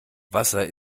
wasser